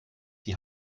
die